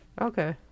Okay